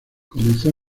comenzó